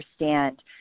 understand